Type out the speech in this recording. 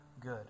good